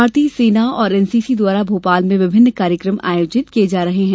भारतीय सेना और एनसीसी द्वारा भोपाल में विभिन्न कार्यक्रम आयोजित किये जा रहे हैं